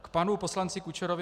K panu poslanci Kučerovi.